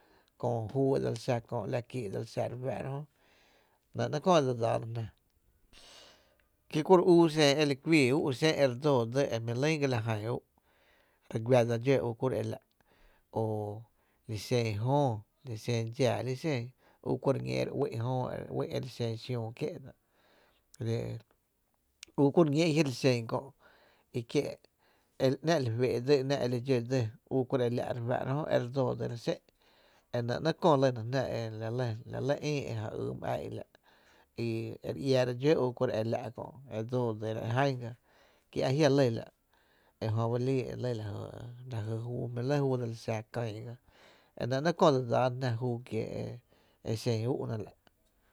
Köö júu e dseli xa kö ‘la ki e dselo a re fáá’ra jö, nɇ ‘nɇɇ’ köö e dse dsáána jná ki u kuru’ xen i li kuíi ú’ xe’n e re dsóo dsi e jmí’ lyn ga la jan ú’ re güadsa dxó u ku la’ o li xen jöö li xen dxáá u kuru’ ñi e re uï’ jöö e uï’ e li xen xiüü kié’ li u kuru’ ñí e jia’ li xen kö’ i kie’ i ‘nⱥ’ li fee’ dsí, ‘nⱥ’ li dxó dsí u kuru e la’ re fáá’ra jö e re dsóo dsira xé’n, enɇ ‘nɇ’ köö lyna jná e la lɇ e ïí e ja ýy my ää í’ la’ i e re iáára dxó u kuro’ e la’ kö’ e dsoó tu dsri ján ga ki a jia’ lɇ la’ e jöba lii e lɇ la ji júu ta jmí lɇ juu e dse li xa kÿy gá e nɇ ‘nɇɇ’ köö dse dsáana jná júu kie’ e xen ú’na la.